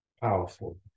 powerful